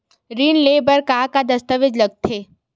ऋण ले बर का का दस्तावेज लगथे?